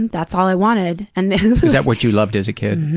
and that's all i wanted. and is that what you loved as a kid?